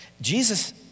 Jesus